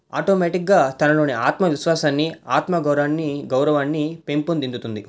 ఆటోమేటిక్గా తనలోని ఆత్మవిశ్వాసాన్ని ఆత్మ గౌరవాన్ని గౌరవాన్ని పెంపొందించుతుంది